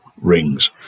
rings